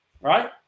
right